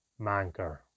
Manker